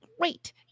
great